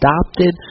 adopted